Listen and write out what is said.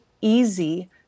easy